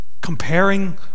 Comparing